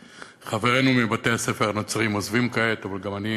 חברינו מבתי-הספר הנוצריים עוזבים כעת, אבל גם אני